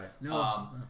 No